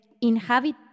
inhabit